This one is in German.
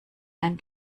ein